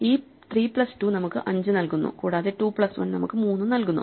ഈ 3 പ്ലസ് 2 നമുക്ക് 5 നൽകുന്നു കൂടാതെ 2 പ്ലസ് 1 നമുക്ക് 3 നൽകുന്നു